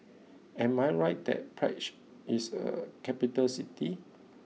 am I right that Prague is a capital city